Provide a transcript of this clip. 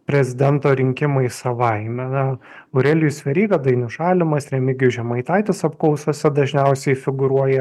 prezidento rinkimai savaime aurelijus veryga dainius žalimas remigijus žemaitaitis apklausose dažniausiai figūruoja